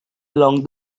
along